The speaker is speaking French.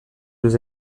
deux